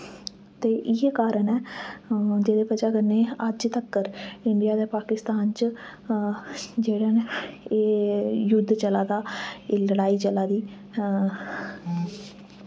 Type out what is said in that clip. ते इयै कारण ऐ जेह्दे वजह् कन्नै अज तक्कर इंडिया ते पाकिस्तान च जेह्ड़े न एह् युद्ध चला दा एह् लड़ाई चला दी